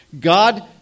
God